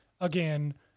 again